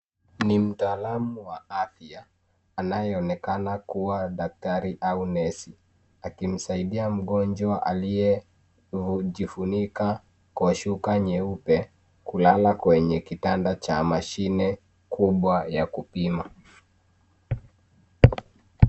Ni mtaalamu wa afya anayeonekana kuwa daktari au nesi, akimsaidia mgonjwa aliyejifunika kwa shuka nyeupe kulala kwenye kitanda cha mashine kubwa ya kupima.